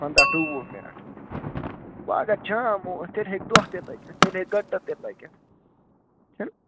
پنٛداہ ٹُو وُہ مِنَٹ وَ اگر جام اوس تیٚلہِ ہیٚکہِ دۄہ تہِ لٔگِتھ تیٚلہِ ہیٚکہِ گَنٹہٕ تیٚلہِ لٔگِتھ چھُنہٕ